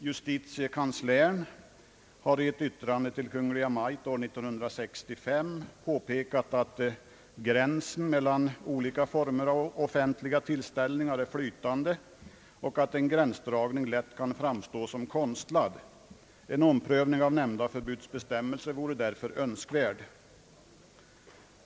Justitiekanslern har i ett yttrande till Kungl. Maj:t år 1965 påpekat att gränsen mellan olika former av offentliga tillställningar är flytande och att en gränsdragning lätt kan fram stå som konstlad. En omprövning av nämnda förbudsbestämmelse vore därför önskvärd.